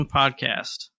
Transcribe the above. podcast